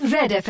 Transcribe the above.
Red